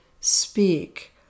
speak